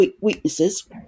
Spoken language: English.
weaknesses